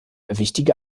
wichtige